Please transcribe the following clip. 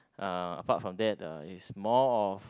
uh apart from that uh it's more of